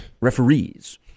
referees